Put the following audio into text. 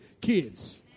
kids